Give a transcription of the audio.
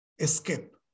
Escape